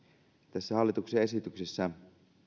tässä hallituksen esityksessä